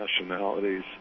nationalities